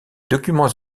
documents